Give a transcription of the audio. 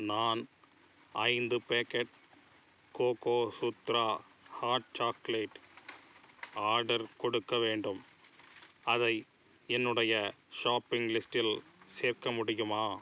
நான் ஐந்து packet Cocosutra hot chocolate order கொடுக்க வேண்டும் அதை என்னுடைய ஷாப்பிங் லிஸ்டில் சேர்க்க முடியுமா